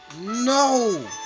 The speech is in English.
no